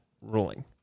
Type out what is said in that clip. ruling